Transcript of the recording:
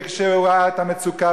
שכשהוא ראה את המצוקה,